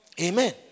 Amen